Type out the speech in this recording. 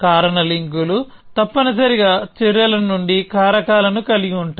కారణ లింకులు తప్పనిసరిగా చర్యల నుండి కారకాలను కలిగి ఉంటాయి